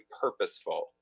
purposeful